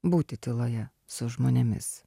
būti tyloje su žmonėmis